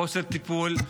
חוסר טיפול,